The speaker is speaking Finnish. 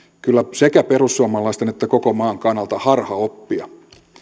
kyllä sekä perussuomalaisten että koko maan kannalta harhaoppia